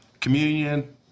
communion